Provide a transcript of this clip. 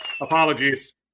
Apologies